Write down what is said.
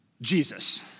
Jesus